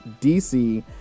DC